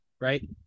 right